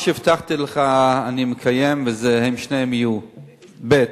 מה שהבטחתי לך אני מקיים, ושניהם יהיו, ב.